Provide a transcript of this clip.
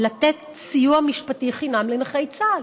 לתת סיוע משפטי חינם לנכי צה"ל.